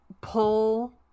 pull